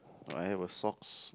I have a socks